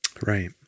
right